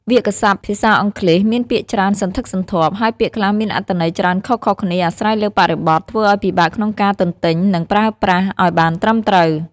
វាក្យសព្ទ ភាសាអង់គ្លេសមានពាក្យច្រើនសន្ធឹកសន្ធាប់ ហើយពាក្យខ្លះមានន័យច្រើនខុសៗគ្នាអាស្រ័យលើបរិបទ ធ្វើឱ្យពិបាកក្នុងការទន្ទេញ និងប្រើប្រាស់ឱ្យបានត្រឹមត្រូវ។